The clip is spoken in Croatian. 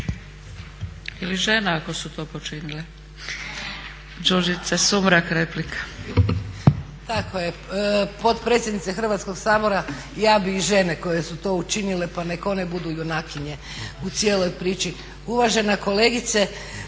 Ili žena ako su to počinile.